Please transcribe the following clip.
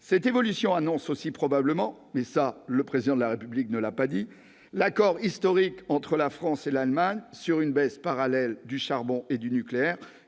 Cette évolution annonce aussi probablement- mais cela, le Président de la République ne l'a pas dit -un accord historique entre la France et l'Allemagne, concernant les baisses parallèles du charbon et du nucléaire.